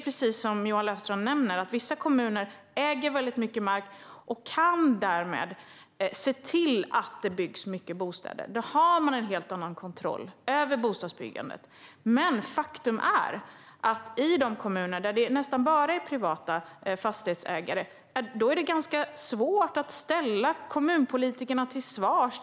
Precis som Johan Löfstrand nämnde äger vissa kommuner mycket mark och kan därmed se till att det byggs många bostäder. Då har man en helt annan kontroll över bostadsbyggandet. Men faktum är att det i de kommuner där det nästan bara är privata fastighetsägare är svårt att ställa kommunpolitikerna till svars.